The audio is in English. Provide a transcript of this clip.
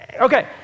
Okay